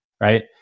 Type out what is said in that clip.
right